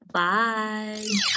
Bye